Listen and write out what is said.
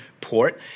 port